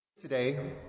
Today